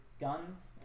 Guns